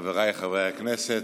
חבריי חברי הכנסת,